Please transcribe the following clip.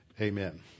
Amen